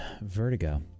vertigo